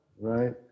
right